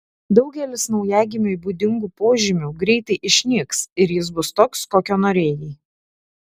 daugelis naujagimiui būdingų požymių greitai išnyks ir jis bus toks kokio norėjai